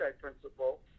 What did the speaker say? principle